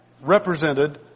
represented